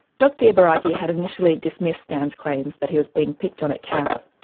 dr ibaraki had initially dismissed stan's claims that he was being picked on at camp,